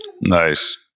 Nice